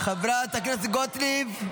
--- חברת הכנסת גוטליב.